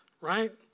right